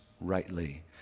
rightly